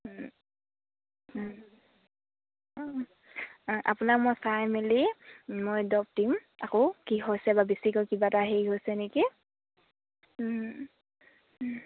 আপোনাৰ মই চাই মেলি মই দিয়ক দিম আকৌ কি হৈছে বা বেছিকৈ কিবা এটা হেৰি হৈছে নেকি